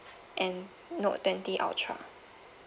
and note twenty ultra